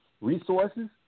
resources